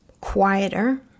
quieter